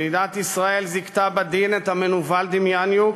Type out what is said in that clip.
מדינת ישראל זיכתה בדין את המנוול דמיאניוק.